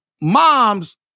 Mom's